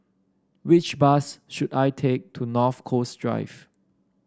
which bus should I take to North Coast Drive